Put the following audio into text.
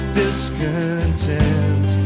discontent